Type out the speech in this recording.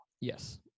Yes